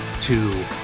Two